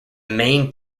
main